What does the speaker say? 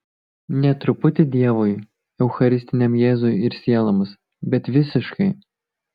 ne truputį dievui eucharistiniam jėzui ir sieloms bet visiškai